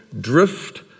drift